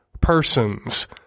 persons